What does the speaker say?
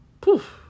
poof